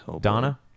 Donna